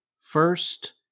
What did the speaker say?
first